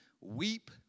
weep